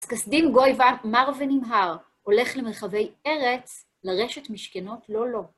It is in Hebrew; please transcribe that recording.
אז כסדים גוי ון, מר ונמהר, הולך למרחבי ארץ, לרשת משכנות לולו.